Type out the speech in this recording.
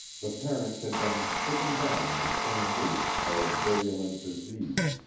the parents had been stricken down in the same week by a virulent disease,